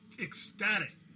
ecstatic